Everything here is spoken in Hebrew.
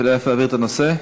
לאן להעביר את הנושא?